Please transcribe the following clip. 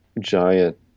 giant